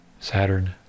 Saturn